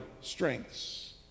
strengths